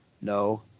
No